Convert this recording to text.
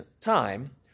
time